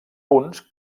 punts